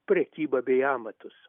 prekybą bei amatus